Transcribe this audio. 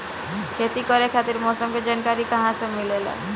खेती करे खातिर मौसम के जानकारी कहाँसे मिलेला?